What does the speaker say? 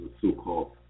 so-called